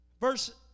Verse